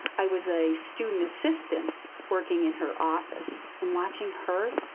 i was a student assistant working in her office. and watching her,